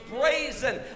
praising